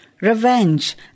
revenge